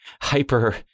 hyper-